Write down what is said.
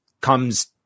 comes